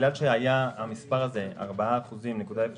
בגלל שהמספר 4.03%